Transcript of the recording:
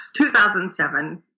2007